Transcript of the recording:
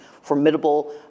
formidable